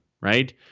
right